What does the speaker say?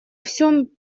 всем